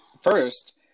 first